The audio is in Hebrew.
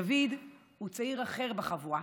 דוד הוא צעיר אחר בחבורה.